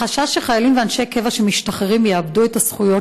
החשש הוא שחיילים ואנשי קבע שמשתחררים יאבדו את הזכויות